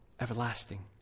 everlasting